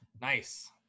Nice